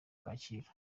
kacyiru